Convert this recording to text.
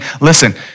listen